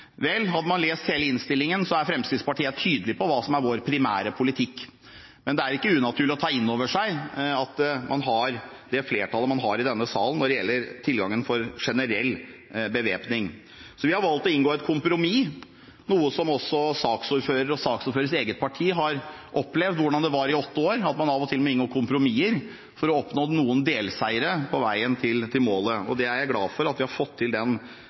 Vel, hadde man lest hele innstillingen, hadde man sett at Fremskrittspartiet er helt tydelig på hva som er vår primære politikk. Men det er ikke unaturlig å ta innover seg at man har det flertallet som man har i denne salen, når det gjelder adgang til generell bevæpning. Så vi har valgt å inngå et kompromiss – også saksordføreren og saksordførerens eget parti har opplevd hvordan det var, i åtte år, av og til å måtte inngå kompromisser for å oppnå noen delseire på veien til målet. Jeg er glad for at vi har fått til